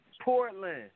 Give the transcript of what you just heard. Portland